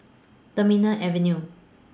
Terminal Avenue